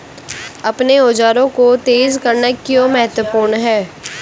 अपने औजारों को तेज करना क्यों महत्वपूर्ण है?